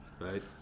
right